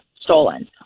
stolen